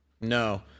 No